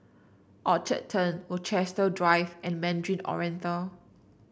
Orchard Turn Rochester Drive and Mandarin Oriental